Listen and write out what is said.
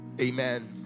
amen